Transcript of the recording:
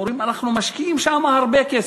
אומרים: אנחנו משקיעים שם הרבה כסף.